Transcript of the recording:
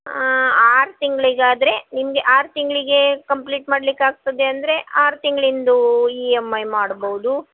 ಆರು ತಿಂಗಳಿಗಾದ್ರೆ ನಿಮಗೆ ಆರು ತಿಂಗಳಿಗೇ ಕಂಪ್ಲೀಟ್ ಮಾಡ್ಲಿಕೆ ಆಗ್ತದೆ ಅಂದರೆ ಆರು ತಿಂಗ್ಳಿಂದು ಇ ಎಮ್ ಐ ಮಾಡ್ಬೋದು